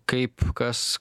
kaip kas